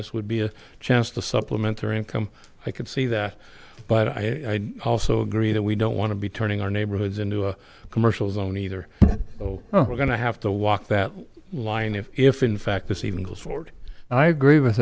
this would be a chance to supplement their income i could see that but i also agree that we don't want to be turning our neighborhoods into a commercial zone either we're gonna have to walk that line if if in fact this evening goes forward i agree with